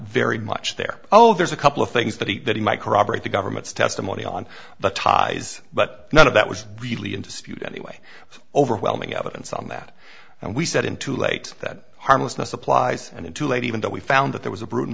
very much there oh there's a couple of things that he that he might corroborate the government's testimony on the ties but none of that was really interested anyway so overwhelming evidence on that and we said in too late that harmlessness applies and it too late even though we found that there was a pru